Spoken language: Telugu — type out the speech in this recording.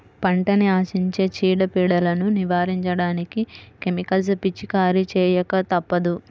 పంటని ఆశించే చీడ, పీడలను నివారించడానికి కెమికల్స్ పిచికారీ చేయక తప్పదు